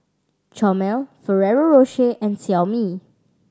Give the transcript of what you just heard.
Chomel Ferrero Rocher and Xiaomi